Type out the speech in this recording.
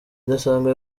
idasanzwe